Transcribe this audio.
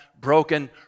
broken